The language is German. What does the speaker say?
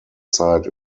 zeit